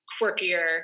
quirkier